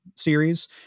Series